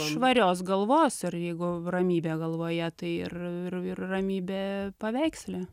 švarios galvos ir jeigu ramybė galvoje tai ir ir ir ramybė paveiksle